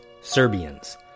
Serbians